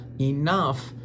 enough